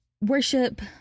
worship